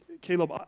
Caleb